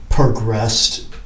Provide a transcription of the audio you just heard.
progressed